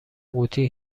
قوطی